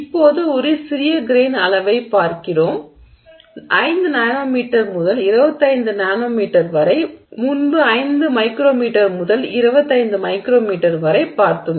இப்போது ஒரு சிறிய கிரெய்ன் அளவைப் பார்க்கிறோம் 5 நானோமீட்டர் முதல் 25 நானோமீட்டர் வரை முன்பு 5 மைக்ரோமீட்டர் முதல் 25 மைக்ரோமீட்டர் வரை பார்த்தோம்